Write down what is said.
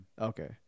Okay